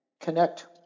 connect